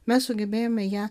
mes sugebėjome ją